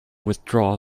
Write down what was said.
withdraw